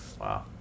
Wow